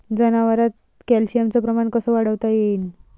जनावरात कॅल्शियमचं प्रमान कस वाढवता येईन?